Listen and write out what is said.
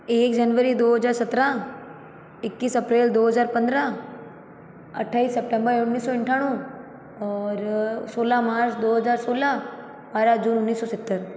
एक जनवरी दो हज़ार सत्रह इक्कीस अप्रैल दो हज़ार पंद्रह अट्ठाईस सितम्बर उन्नीस सौ अठानवे और सोलह मार्च दो हज़ार सोलह बारह जून ऊन्नीस सौ सत्तर